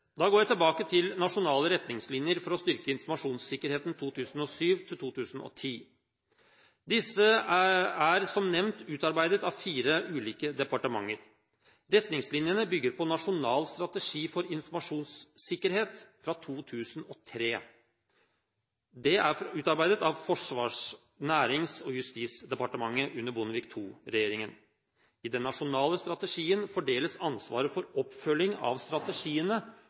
Da går jeg tilbake til Nasjonale retningslinjer for å styrke informasjonssikkerheten 2007–2010, som ble utarbeidet, som nevnt, av fire ulike departementer. Retningslinjene bygger på Nasjonal strategi for informasjonssikkerhet, fra 2003, utarbeidet av Forsvarsdepartementet, Nærings- og handelsdepartementet og Justis- og politidepartementet under Bondevik II-regjeringen. I den nasjonale strategien fordeles ansvaret for oppfølging av strategiene